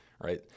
right